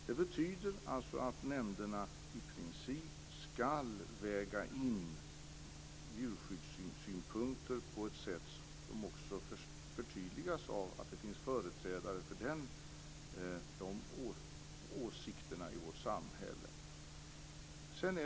Det betyder alltså att nämnderna i princip skall väga in djurskyddssynpunkter så att det förtydligas att det finns företrädare för de åsikterna i vårt samhälle.